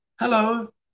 hello